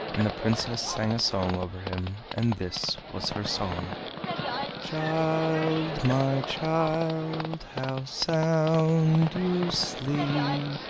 and the princess sang a song over him, and this was her song child, my child, how sound you sleep!